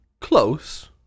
Close